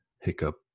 Hiccup